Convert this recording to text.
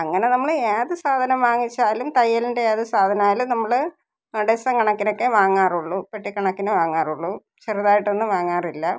അങ്ങനെ നമ്മൾ ഏത് സാധനം വാങ്ങിച്ചാലും തയ്യലിൻ്റെ ഏത് സാധനമായാലും നമ്മൾ അ ഡസന് കണക്കിനൊക്കെ വാങ്ങാറുള്ളു പെട്ടിക്കണക്കിന് വാങ്ങാറുള്ളു ചെറുതായിട്ടൊന്നും വാങ്ങാറില്ല